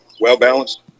well-balanced